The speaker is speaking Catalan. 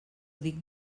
dic